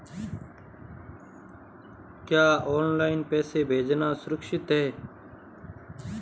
क्या ऑनलाइन पैसे भेजना सुरक्षित है?